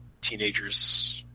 teenagers